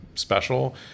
special